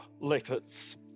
Letters